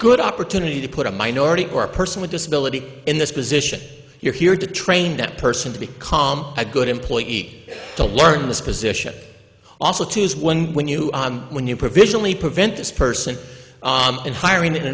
good opportunity to put a minority or a person with disability in this position you're here to train that person to be calm a good employee to learn this position also to use one when you on when you provisionally prevent this person in hiring in